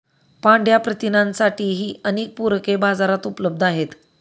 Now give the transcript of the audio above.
पांढया प्रथिनांसाठीही अनेक पूरके बाजारात उपलब्ध आहेत